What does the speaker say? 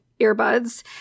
earbuds